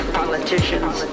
politicians